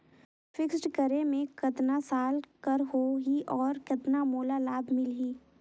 Fixed करे मे कतना साल कर हो ही और कतना मोला लाभ मिल ही?